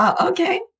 Okay